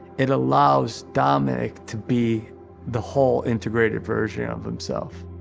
it allows dominick to be the whole integrated version of himself.